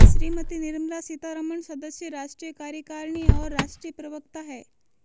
श्रीमती निर्मला सीतारमण सदस्य, राष्ट्रीय कार्यकारिणी और राष्ट्रीय प्रवक्ता हैं